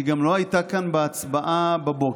היא גם לא הייתה כאן בהצבעה בבוקר.